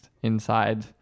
Inside